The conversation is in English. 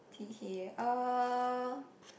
T K uh